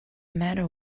matter